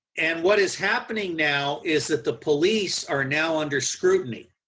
and what is happening now is that the police are now under scrutiny.